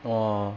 !wah!